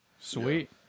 Sweet